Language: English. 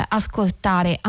ascoltare